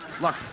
Look